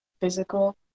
physical